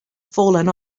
fallen